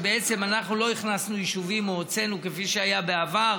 ובעצם אנחנו לא הכנסנו יישובים או הוצאנו כפי שהיה בעבר,